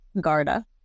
Garda